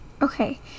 Okay